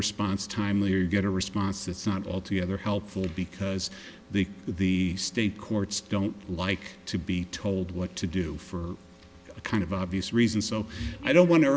response timely or you get a response that's not altogether helpful because the the state courts don't like to be told what to do for the kind of obvious reason so i don't want